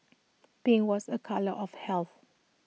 pink was A colour of health